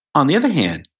on the other hand,